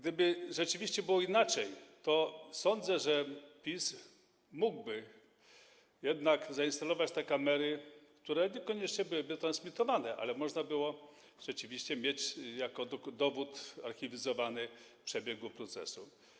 Gdyby rzeczywiście było inaczej, to sądzę, że PiS mógłby jednak zainstalować te kamery, z których przekaz niekoniecznie byłby transmitowany, ale można by było rzeczywiście mieć jako dowód archiwizowany przebieg procesu.